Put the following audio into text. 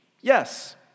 Yes